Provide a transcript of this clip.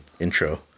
intro